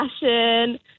fashion